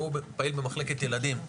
שהוא פעיל במחלקת ילדים.